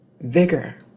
vigor